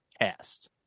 cast